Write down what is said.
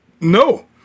No